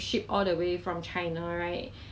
你可以讲他是一个 entrepreneur